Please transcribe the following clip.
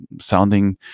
sounding